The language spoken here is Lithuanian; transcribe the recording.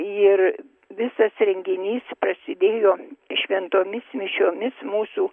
ir visas renginys prasidėjo šventomis mišiomis mūsų